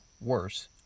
worse